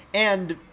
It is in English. and,